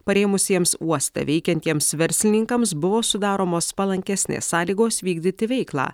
parėmusiems uoste veikiantiems verslininkams buvo sudaromos palankesnės sąlygos vykdyti veiklą